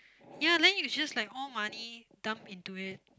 ya then you just like all money dumped into it